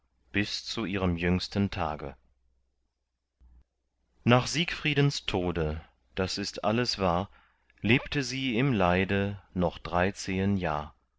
bis zu ihrem jüngsten tage nach siegfriedens tode das ist alles wahr lebte sie im leide noch dreizehen jahr